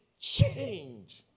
change